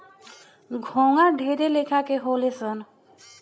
घोंघा ढेरे लेखा के होले सन